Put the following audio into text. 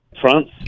France